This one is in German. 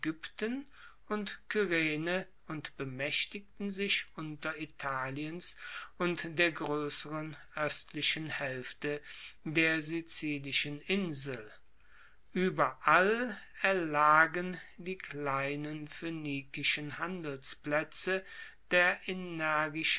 und kyrene und bemaechtigten sich unteritaliens und der groesseren oestlichen haelfte der sizilischen insel ueberall erlagen die kleinen phoenikischen handelsplaetze der